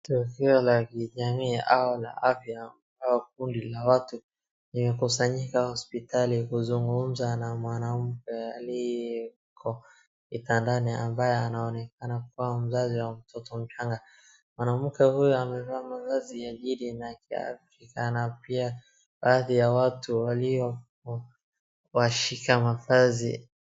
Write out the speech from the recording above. Tukio la kijamii au la afya au kundi la watu waliokusanyika hospitali kuzungumza na mwanamke aliyeko kitandani ambaye anaonekana kuwa mzazi wa mtoto mchanga. Mwanamke huyu amevaa mavazi ya jadi ya Kiafrika na pia baadhi ya watu walioko washika mavazi.